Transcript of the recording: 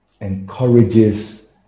encourages